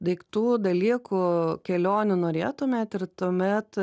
daiktų dalykų kelionių norėtumėt ir tuomet